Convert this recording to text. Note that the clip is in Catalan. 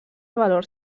valors